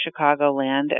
Chicagoland